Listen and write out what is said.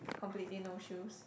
completely no shoes